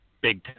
big